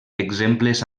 exemples